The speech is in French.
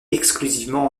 exclusivement